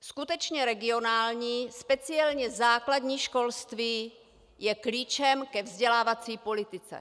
Skutečně regionální, speciálně základní školství je klíčem ke vzdělávací politice.